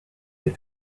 had